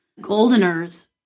goldeners